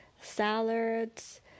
salads